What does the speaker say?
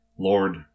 Lord